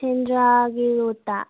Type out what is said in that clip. ꯁꯦꯟꯗ꯭ꯔꯥꯒꯤ ꯂꯣꯠꯇ